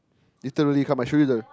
literally come I show you the